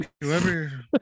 Whoever